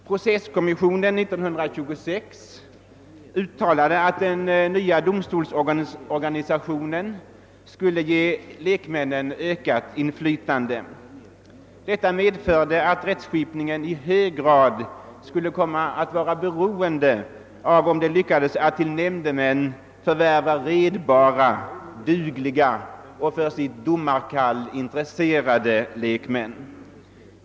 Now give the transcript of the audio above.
Processkommissionen 1926 uttalade att den nya <domstolsorganisationen skulle ge lekmännen ökat inflytande. Detta innebar att rättsskipningen i högre grad skulle komma att vara beroende av om man lyckades att som nämndemän tillsätta redbara, dugliga och för sitt domarkall intresserade lekmän.